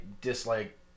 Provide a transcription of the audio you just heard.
dislike